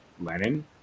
Lenin